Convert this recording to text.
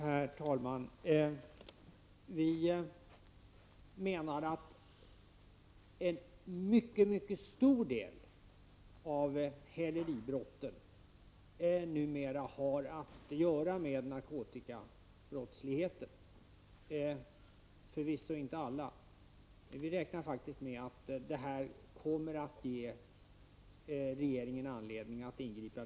Herr talman! Vår uppfattning i miljöpartiet är att en mycket stor del av häleribrotten, men förvisso inte alla, numera har att göra med narkotikabrottsligheten. Vi räknar faktiskt med att det kommer att ge regeringen anledning att ingripa.